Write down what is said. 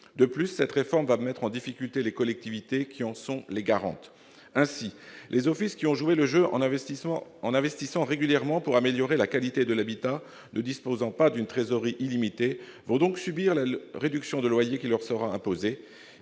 De plus, cette réforme va mettre en difficulté les collectivités qui en sont les garantes. Ainsi, les offices qui ont joué le jeu en investissant régulièrement pour améliorer la qualité de l'habitat, mais qui ne disposent pas d'une trésorerie illimitée, vont subir la réduction de loyer qui leur sera imposée.